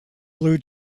blue